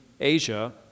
Asia